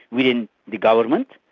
within the government,